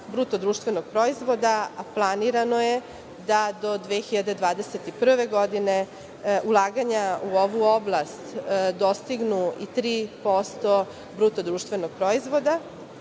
bruto društvenog proizvoda, a planirano je da do 2021. godine ulaganja u ovu oblast dostignu i tri posto bruto društvenog proizvoda.Za